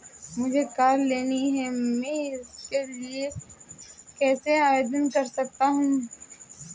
मुझे कार लेनी है मैं इसके लिए कैसे आवेदन कर सकता हूँ?